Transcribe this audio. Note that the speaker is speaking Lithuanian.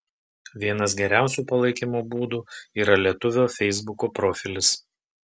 vienas geriausių palaikymo būdų yra lietuvio feisbuko profilis